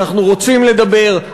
אנחנו רוצים לדבר,